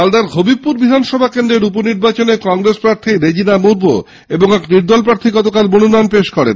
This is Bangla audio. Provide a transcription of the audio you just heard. মালদার হাবিবপুর বিধানসভা কেন্দ্রের উপনির্বাচনে কংগ্রেসের রেজিনা মর্মু এবং এক নির্দল প্রার্থী গতকাল মনোনয়ন পেশ করেছেন